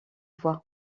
voie